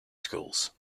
schools